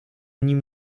nim